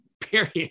period